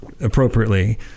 appropriately